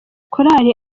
korali